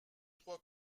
trois